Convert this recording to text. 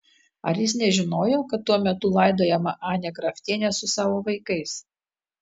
ar jis nežinojo kad tuo metu laidojama anė kraftienė su savo vaikais